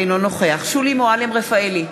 אינו נוכח שולי מועלם-רפאלי,